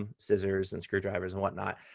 um scissors and screwdrivers and whatnot.